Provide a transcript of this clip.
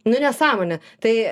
nu nesąmonė tai